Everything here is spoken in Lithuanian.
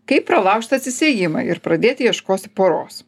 kaip pralaužt atsisiejimą ir pradėti ieškoti poros